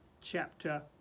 chapter